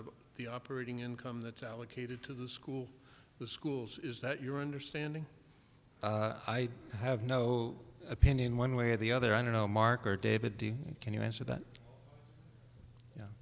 of the operating income that's allocated to the school the schools is that your understanding i have no opinion one way or the other i don't know mark or david can you answer